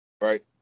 right